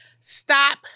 stop